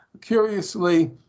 curiously